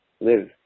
live